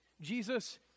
Jesus